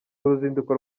uruzinduko